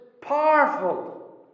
powerful